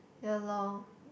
ya lor